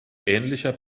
ähnlicher